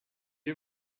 you